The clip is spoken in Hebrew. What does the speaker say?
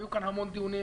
היו כאן המון דיונים,